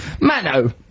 Mano